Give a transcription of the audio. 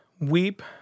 weep